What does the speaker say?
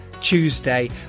Tuesday